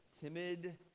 timid